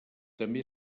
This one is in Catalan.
també